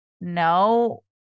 no